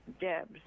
Debs